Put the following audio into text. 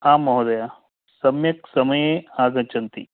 आम् महोदय सम्यक् समये आगच्छन्ति